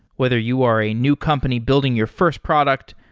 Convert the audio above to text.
whether you are a new company building your first product,